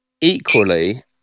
equally